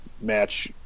match